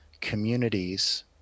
communities